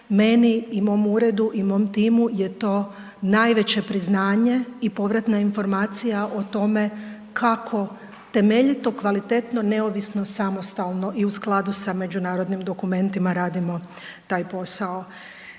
Meni i mom Uredu i mom timu je to najveće priznanje i povratna informacija o tome kako temeljito, kvalitetno, neovisno, samostalno i u skladu sa međunarodnim dokumentima radimo taj posao.